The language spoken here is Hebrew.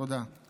תודה.